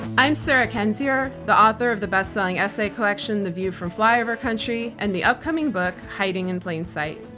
i'm sarah kendzior, the author of the bestselling essay collection the view from flyover country and the upcoming book hiding in plain sight.